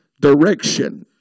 Direction